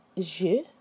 Je